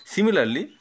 Similarly